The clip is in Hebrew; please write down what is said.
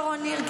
שרון ניר,